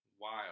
Wild